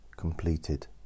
completed